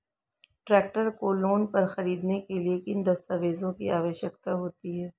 Tractor को loan पर खरीदने के लिए किन दस्तावेज़ों की आवश्यकता होती है?